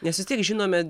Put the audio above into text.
nes vis tiek žinome